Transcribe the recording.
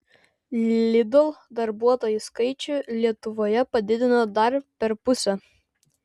lidl darbuotojų skaičių lietuvoje padidino dar per pusę